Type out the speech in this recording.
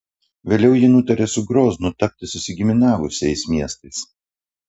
vėliau ji nutarė su groznu tapti susigiminiavusiais miestais